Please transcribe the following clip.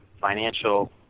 financial